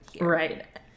Right